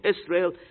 israel